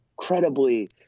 incredibly